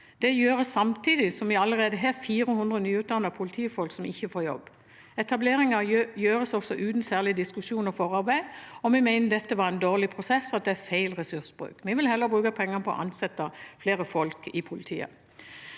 Det gjøres samtidig som vi allerede har 400 nyutdannede politifolk som ikke får jobb. Etableringen gjøres også uten særlig diskusjon og forarbeid. Vi mener dette var en dårlig prosess og at det er feil ressursbruk. Vi vil heller bruke penger på å ansette flere folk i politiet.